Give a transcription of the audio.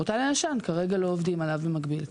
הפורטל הישן - כרגע לא עובדים עליו במקביל.